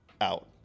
Out